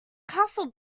castle